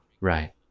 Right